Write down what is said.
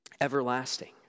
everlasting